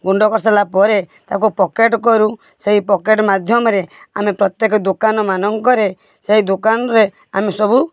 ଗୁଣ୍ଡ କରିସାରିଲା ପରେ ତାକୁ ପକେଟ୍ କରୁ ସେଇ ପକେଟ୍ ମାଧ୍ୟମରେ ଆମେ ପ୍ରତ୍ୟେକ ଦୋକାନ ମାନଙ୍କରେ ସେଇ ଦୋକାନରେ ଆମେ ସବୁ